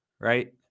right